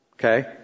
Okay